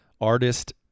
artist